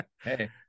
hey